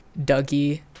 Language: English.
Dougie